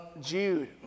Jude